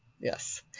Yes